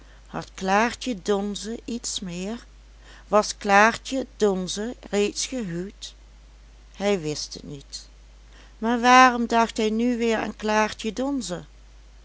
had klaartje donze iets meer was klaartje donze reeds gehuwd hij wist het niet maar waarom dacht hij nu weer aan klaartje donze